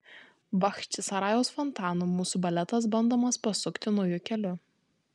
bachčisarajaus fontanu mūsų baletas bandomas pasukti nauju keliu